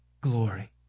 glory